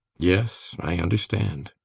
yes i understand.